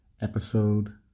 episode